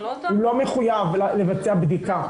הוא לא מחויב לבצע בדיקה.